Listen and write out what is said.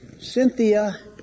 Cynthia